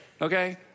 okay